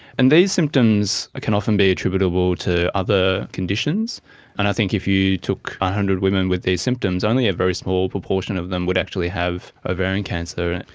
and these symptoms can often be attributable to other conditions and i think if you took one ah hundred women with these symptoms, only a very small proportion of them would actually have ovarian cancer.